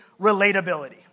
relatability